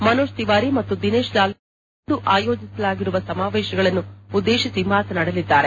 ಮನೋಜ್ ತಿವಾರಿ ಮತ್ತು ದಿನೇಶ್ ಲಾಲ್ ಯಾದವ್ ನಿರಹುವಾ ಇಂದು ಆಯೋಜಿಸಲಾಗಿರುವ ಸಮಾವೇಶಗಳನ್ನು ಉದ್ವೇಶಿಸಿ ಮಾತನಾಡಲಿದ್ದಾರೆ